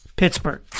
Pittsburgh